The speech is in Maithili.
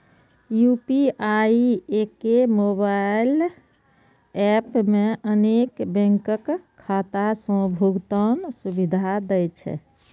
यू.पी.आई एके मोबाइल एप मे अनेक बैंकक खाता सं भुगतान सुविधा दै छै